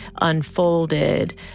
unfolded